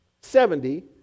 seventy